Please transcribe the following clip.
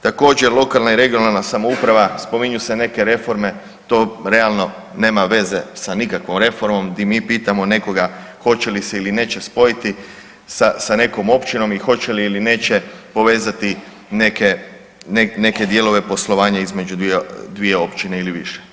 Također lokalna i regionalna samouprava, spominju se neke reforme, to realno nema veze sa nikakvom reformom di mi pitamo nekoga hoće li se ili neće spojiti sa, sa nekom općinom i hoće li ili neće povezati neke, neke dijelove poslovanja između dvije, dvije općine ili više.